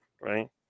right